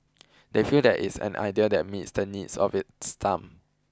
they feel that it's an idea that meets the needs of its time